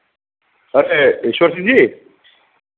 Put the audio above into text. अरे ईश्वर सिंह जी